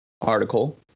article